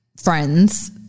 friends